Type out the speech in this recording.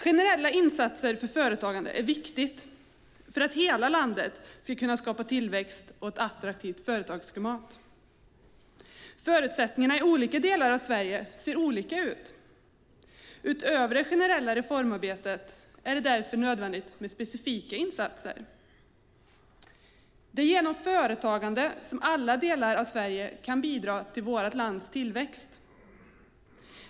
Generella insatser för företagande är viktigt för att man i hela landet ska kunna skapa tillväxt och ett attraktivt företagsklimat. Förutsättningarna i olika delar av Sverige ser olika ut. Utöver det generella reformarbetet är det därför nödvändigt med specifika insatser. Det är genom företagande som alla delar av Sverige kan bidra till vårt lands tillväxt.